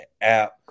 app